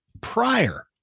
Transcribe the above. prior